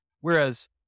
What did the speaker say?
Whereas